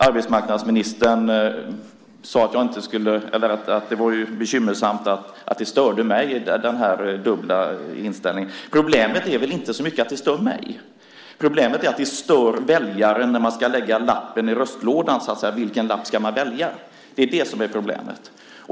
Arbetsmarknadsministern sade att det var bekymmersamt att det störde mig när det handlade om den dubbla inställningen. Problemet är väl inte så mycket att det stör mig. Problemet är att det stör väljare när man ska lägga lappen i röstlådan. Vilken lapp ska man välja? Det är det som är problemet.